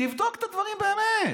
תבדוק את הדברים באמת.